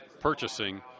purchasing